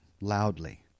loudly